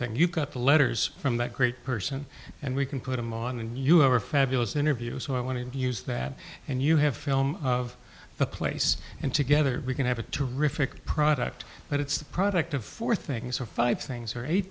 thing you've got the letters from that great person and we can put them on and you have a fabulous interview so i want to use that and you have film of the place and together we can have a terrific product but it's a product of four things or five things